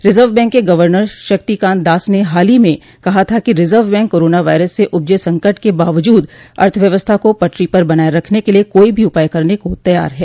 reserve bank के governor Shaktikanta Das ने हाल ही में कहा था कि रिजर्व बैंक कोरोना वायरस से उपजे संकट के बावजूद अर्थव्यवस्था को पटरी पर बनाए रखने के लिए कोई भी उपाय करने को तैयार है